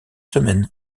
semaines